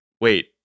wait